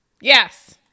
Yes